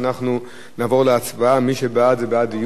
מי שבעד זה בעד דיון בוועדה לפניות הציבור.